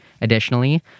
Additionally